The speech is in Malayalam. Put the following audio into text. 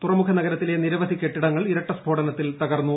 തുറമുഖ നഗരത്തിലെ നിരവധി കെട്ടിടങ്ങൾ ഇരട്ട സ്ഫോടനത്തിൽ തകർന്നു